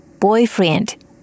boyfriend